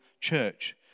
church